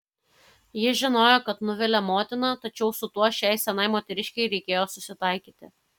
ji žinojo kad nuvilia motiną tačiau su tuo šiai senai moteriškei reikėjo susitaikyti